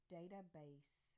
Database